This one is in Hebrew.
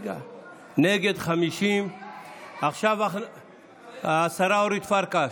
נגד, 50. רגע, השרה אורית פרקש,